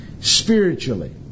spiritually